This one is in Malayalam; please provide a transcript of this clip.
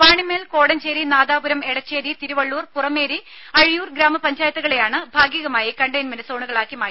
വാണിമേൽ കോടഞ്ചേരി നാദാപുരം എടച്ചേരി തിരുവള്ളൂർ പുറമേരി അഴിയൂർ ഗ്രാമപഞ്ചായത്തുകളെയാണ് ഭാഗികമായി കണ്ടെയ്മെന്റ് സോണുകളാക്കി മാറ്റിയത്